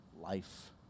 life